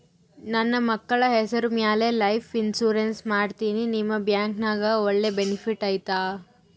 ನನ್ನ ಮಕ್ಕಳ ಹೆಸರ ಮ್ಯಾಲೆ ಲೈಫ್ ಇನ್ಸೂರೆನ್ಸ್ ಮಾಡತೇನಿ ನಿಮ್ಮ ಬ್ಯಾಂಕಿನ್ಯಾಗ ಒಳ್ಳೆ ಬೆನಿಫಿಟ್ ಐತಾ?